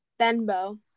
Benbo